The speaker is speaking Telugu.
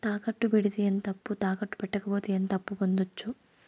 తాకట్టు పెడితే ఎంత అప్పు, తాకట్టు పెట్టకపోతే ఎంత అప్పు పొందొచ్చు?